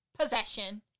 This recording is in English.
Possession